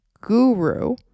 guru